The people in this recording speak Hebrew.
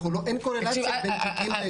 אין קורלציה בין תיקים.